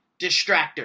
distractor